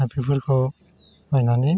दा बेफोरखौ बायनानै